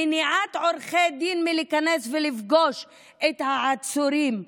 מניעת עורכי דין מלהיכנס ולפגוש את העצורים,